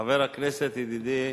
חבר הכנסת ידידי